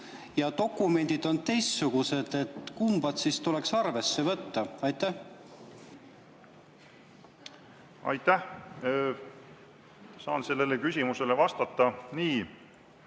ja dokumendid on teistsugused, kumba siis tuleks arvesse võtta. Aitäh! Saan sellele küsimusele vastata nii,